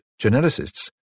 geneticists